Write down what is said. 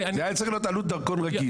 זה היה צריך להיות בעלות דרכון רגיל.